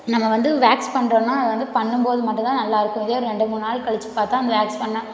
நம்ம வந்து வேக்ஸ் பண்ணுறோன்னா அது வந்து பண்ணும் போது மட்டும்தான் நல்லா இருக்கும் இதே ஒரு ரெண்டு மூணு நாள் கழிச்சு பார்த்தா அந்த வேக்ஸ் பண்ணால்